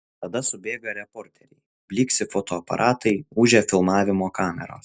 tada subėga reporteriai blyksi fotoaparatai ūžia filmavimo kameros